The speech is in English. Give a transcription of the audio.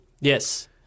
Yes